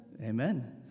Amen